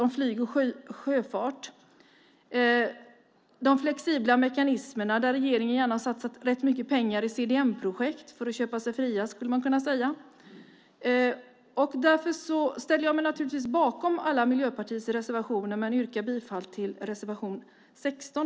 Det handlar också om de flexibla mekanismerna, där regeringen satsat rätt mycket pengar i CDM-projekt för att köpa sig fria. Jag ställer mig naturligtvis bakom alla Miljöpartiets reservationer men yrkar bifall till reservation 16.